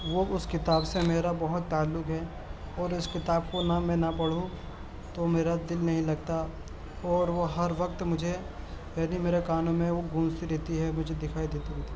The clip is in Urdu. وہ اس کتاب سے میرا بہت تعلق ہے اور اس کتاب کو نہ میں نہ پڑھوں تو میرا دل نہیں لگتا اور وہ ہر وقت مجھے یعنی میرے کانوں میں وہ گونجتی رہتی ہے مجھے دکھائی دیتی رہتی ہے